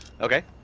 Okay